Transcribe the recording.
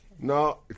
No